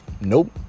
Nope